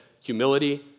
humility